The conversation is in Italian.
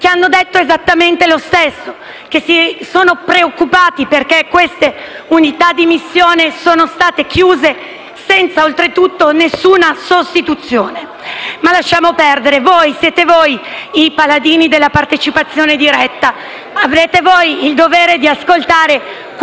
che hanno detto esattamente lo stesso: sono preoccupati perché le strutture di missione sono state chiuse senza oltretutto alcuna sostituzione. Ma lasciamo perdere. Voi, siete voi, i paladini della partecipazione diretta. Avrete voi il dovere di ascoltare